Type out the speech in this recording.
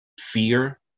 fear